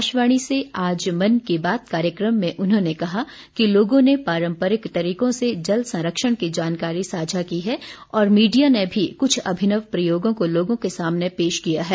आकाशवाणी से आज मन की बात कार्यक्रम में उन्होंने कहा कि लोगों ने पारम्परिक तरीकों से जल संरक्षण की जानकारी साझा की है और मीडिया ने भी कुछ अभिनव प्रयोगों को लोगों के सामने पेश किया है